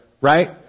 right